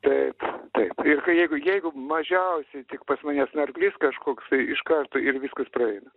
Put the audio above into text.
taip taip ir kai jeigu jeigu mažiausiai tik pas mane snarglys kažkoks tai iš karto ir viskas praeina